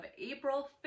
April